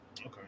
Okay